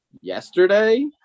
yesterday